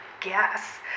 guess